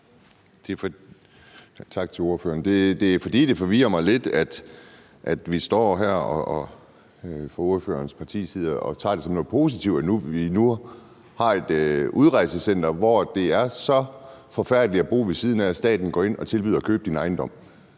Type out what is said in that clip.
Tak til ordføreren. Det forvirrer mig lidt, at man står her og tager det som noget positivt – fra ordførerens partis side – at vi nu har et udrejsecenter, som det er så forfærdeligt at bo ved siden af, at staten går ind og tilbyder at købe ens ejendom.